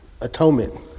atonement